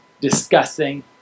discussing